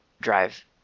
drive